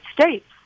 States